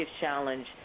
challenge